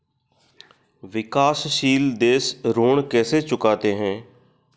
विकाशसील देश ऋण कैसे चुकाते हैं?